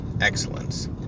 excellence